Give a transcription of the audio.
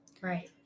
Right